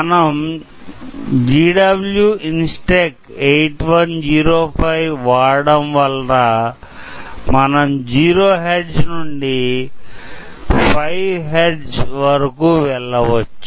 మనం GW Instek 8105 వాడడం వలన మనం 0 Hertz నుండి 5 Mega Hertz వరకు వెళ్ల వచ్చు